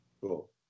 cool